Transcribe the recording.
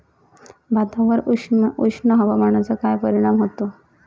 भातावर उष्ण हवामानाचा काय परिणाम होतो?